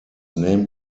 named